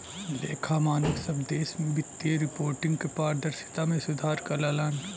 लेखा मानक सब देश में वित्तीय रिपोर्टिंग क पारदर्शिता में सुधार करलन